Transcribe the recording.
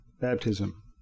baptism